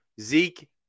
Zeke